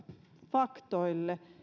faktoille